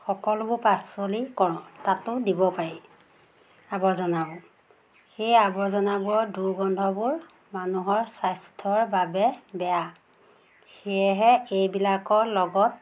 সকলোবোৰ পাচলি কৰোঁ তাতো দিব পাৰি আৱৰ্জনাবোৰ সেই আৱৰ্জনাবোৰৰ দুৰ্গন্ধবোৰ মানুহৰ স্বাস্থ্যৰ বাবে বেয়া সেয়েহে এইবিলাকৰ লগত